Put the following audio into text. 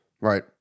Right